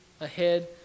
ahead